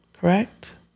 correct